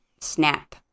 snap